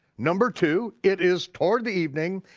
number two, it is toward the evening.